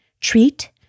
treat